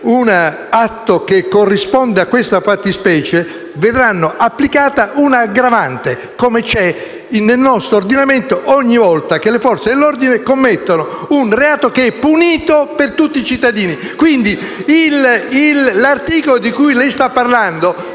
un atto che corrisponde a questa fattispecie, vedranno applicata un'aggravante, come previsto nel nostro ordinamento ogni volta che le Forze dell'ordine commettano un reato che è punito per tutti i cittadini. Quindi, l'articolo di cui lei sta parlando